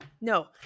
No